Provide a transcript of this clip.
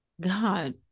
God